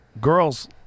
girls